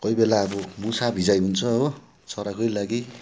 कोही बेला अब मुसा भिजाइ हुन्छ हो चराकै लागि